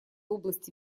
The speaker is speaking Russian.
области